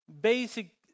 basic